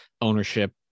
ownership